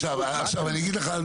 עכשיו אני אגיד לך.